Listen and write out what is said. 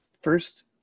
first